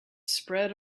spread